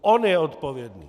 On je odpovědný!